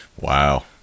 wow